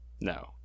No